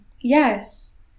Yes